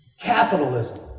capitalism